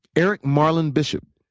eric marlin bishop.